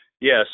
Yes